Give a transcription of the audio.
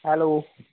hello